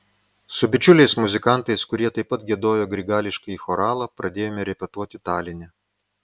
su bičiuliais muzikantais kurie taip pat giedojo grigališkąjį choralą pradėjome repetuoti taline